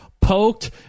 poked